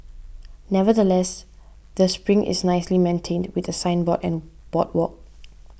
nevertheless the spring is nicely maintained with a signboard and boardwalk